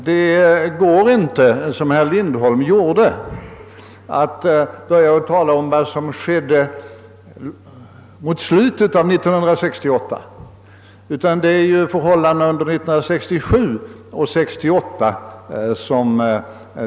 Det går inte att, som herr Lindholm gjorde, börja tala om vad som skedde mot slutet av år 1968.